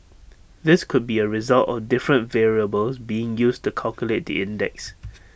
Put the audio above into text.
this could be A result of different variables being used to calculate the index